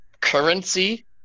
currency